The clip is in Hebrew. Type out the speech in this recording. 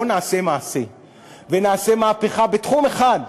בוא נעשה ונעשה מהפכה בתחום אחד,